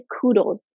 kudos